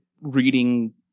reading